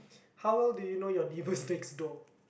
how well do you know your neighbors next door